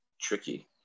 tricky